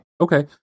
Okay